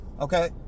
okay